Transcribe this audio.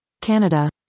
Canada